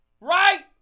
Right